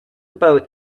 boat